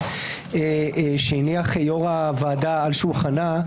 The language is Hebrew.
שהניח יושב-ראש הוועדה על שולחנה,